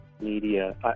media